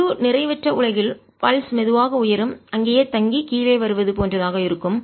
முழு நிறை வற்ற உலகில் பல்ஸ் துடிப்பு மெதுவாக உயரும் அங்கேயே தங்கி கீழே வருவது போன்றதாக இருக்கும்